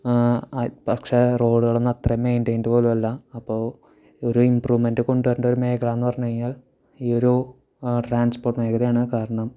പക്ഷേ റോഡുകളൊന്നും അത്രയും മെയിൻറെയിൻഡ് പോലും അല്ല അപ്പോൾ ഒരു ഇമ്പ്രൂവ്മെൻറ് കൊണ്ടുവരേണ്ട ഒരു മേഖല എന്ന് പറഞ്ഞുകഴിഞ്ഞാൽ ഈ ഒരു ട്രാൻസ്പോർട്ട് മേഖലയാണ് കാരണം